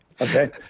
Okay